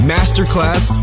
Masterclass